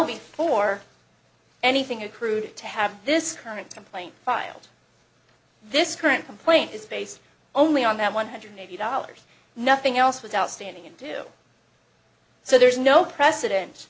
before anything accrued to have this current complaint filed this current complaint is based only on that one hundred eighty dollars nothing else was outstanding and do so there's no precedence